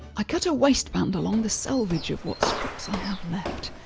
i cut a waistband along the selvage of what scraps i have left.